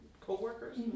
co-workers